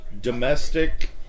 Domestic